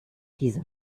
dieser